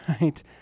right